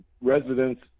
residents